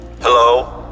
Hello